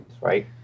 Right